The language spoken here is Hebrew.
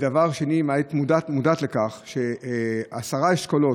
דבר שני, האם את מודעת לכך שמעשרה אשכולות,